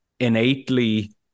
Innately